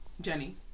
Jenny